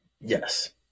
Yes